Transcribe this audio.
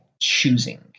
choosing